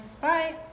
bye